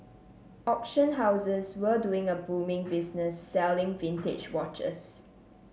auction houses were doing a booming business selling vintage watches